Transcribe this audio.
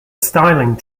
styling